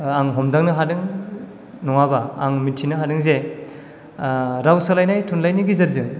आं हमदांनो हादों नङाबा आं मिथिनो हादों जे राव सोलायनाय थुनलाइनि गेजेरजों